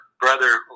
brother